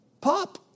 pop